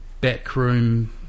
backroom